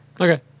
Okay